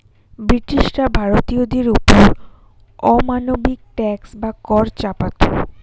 ব্রিটিশরা ভারতীয়দের ওপর অমানবিক ট্যাক্স বা কর চাপাতো